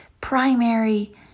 primary